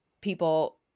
people